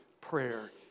prayer